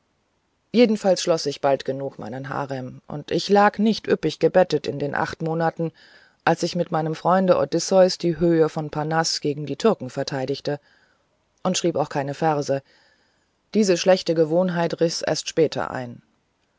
jedenfalls schloß ich bald genug meinen harem und ich lag nicht üppig gebettet in den acht monaten als ich mit meinem freunde odysseus die höhle im parnaß gegen die türken verteidigte und schrieb auch keine verse diese schlechte gewohnheit riß erst später ein